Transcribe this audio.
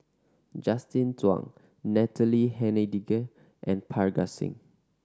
Justin Zhuang Natalie Hennedige and Parga Singh